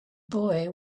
boy